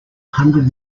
hundred